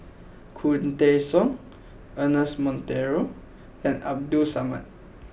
Khoo Teng Soon Ernest Monteiro and Abdul Samad